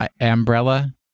Umbrella